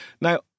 now